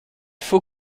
faut